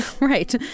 Right